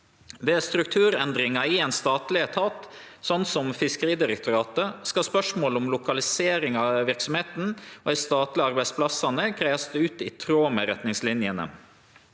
Ved strukturendringar i ein statleg etat, som Fiskeridirektoratet, skal spørsmålet om lokalisering av verksemda og dei statlege arbeidsplassane greiast ut i tråd med retningslinjene.